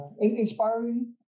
inspiring